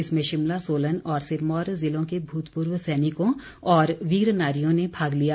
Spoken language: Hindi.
इसमें शिमला सोलन और सिरमौर ज़िलों के भूतपूर्व सैनिकों और वीर नारियों ने भाग लिया